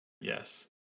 Yes